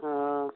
ꯑ